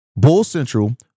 BULLCENTRAL